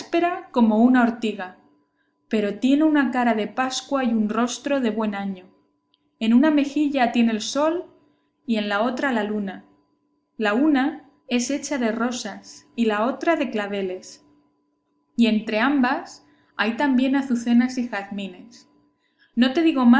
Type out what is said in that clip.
como una ortiga pero tiene una cara de pascua y un rostro de buen año en una mejilla tiene el sol y en la otra la luna la una es hecha de rosas y la otra de claveles y en entrambas hay también azucenas y jazmines no te digo